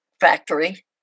factory